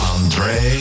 Andre